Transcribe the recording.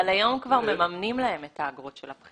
אבל היום כבר מממנים להם את האגרות של הבחינות.